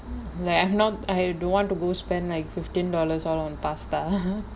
like I have not I don't want to go spend like fifteen dollars all on pasta